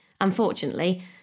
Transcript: unfortunately